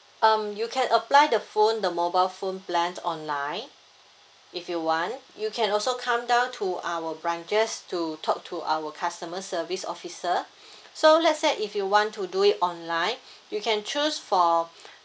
um you can apply the phone the mobile phone plan online if you want you can also come down to our branches to talk to our customer service officer so let's say if you want to do it online you can choose for